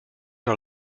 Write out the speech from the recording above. are